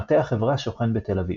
מטה החברה שוכן בתל אביב.